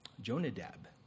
Jonadab